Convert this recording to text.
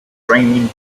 trained